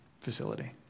facility